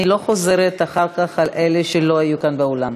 אני לא חוזרת אחר כך על שמות אלה שלא היו כאן באולם.